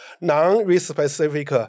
non-specific